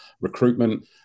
recruitment